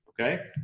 Okay